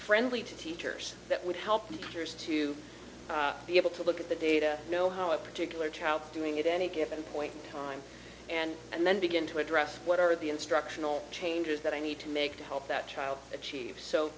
friendly to teachers that would help others to be able to look at the data know how a particular child doing it any given point in time and and then begin to address what are the instructional changes that i need to make to help that child achieve so